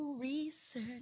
Research